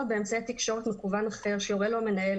או באמצעי תקשורת מקוון אחר שיורה לו המנהל,